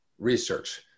research